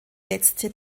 letzte